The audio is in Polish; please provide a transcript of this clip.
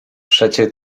przecie